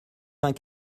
vingt